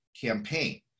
campaign